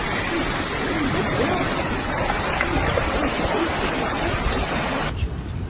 she does all the work she is well posted on every subject,